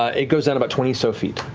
ah it goes down about twenty so feet.